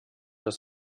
das